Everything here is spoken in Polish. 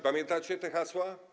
Pamiętacie te hasła?